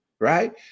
right